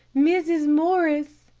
mrs. morris,